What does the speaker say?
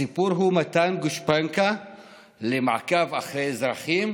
הסיפור הוא מתן גושפנקה למעקב אחרי אזרחים,